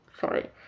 sorry